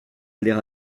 aller